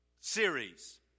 series